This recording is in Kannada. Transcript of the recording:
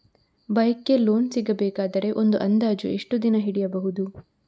ಬೈಕ್ ಗೆ ಲೋನ್ ಸಿಗಬೇಕಾದರೆ ಒಂದು ಅಂದಾಜು ಎಷ್ಟು ದಿನ ಹಿಡಿಯಬಹುದು?